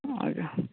ଆଜ୍ଞା